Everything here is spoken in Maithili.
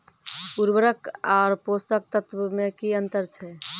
उर्वरक आर पोसक तत्व मे की अन्तर छै?